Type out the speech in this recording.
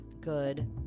good